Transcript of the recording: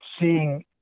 seeing